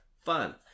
Fun